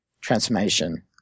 transformation